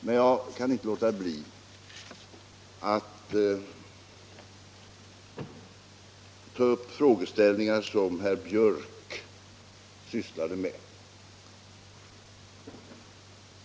Men jag kan inte underlåta att säga något om de frågeställningar som herr Björck i Nässjö uppehöll sig vid.